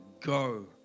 go